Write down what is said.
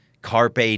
carpe